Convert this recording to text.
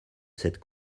cette